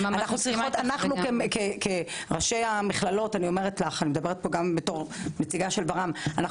אנחנו כראשי המכללות ואני מדברת גם בתור נציגה של ברעם,